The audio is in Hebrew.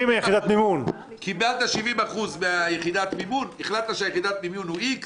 החלטת שיחידת מימון היא X